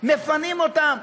מפנים אותן,